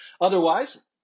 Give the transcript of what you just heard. Otherwise